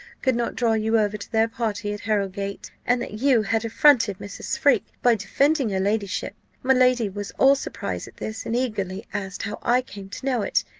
could not draw you over to their party at harrowgate, and that you had affronted mrs. freke by defending her ladyship. my lady was all surprise at this, and eagerly asked how i came to know it.